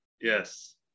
Yes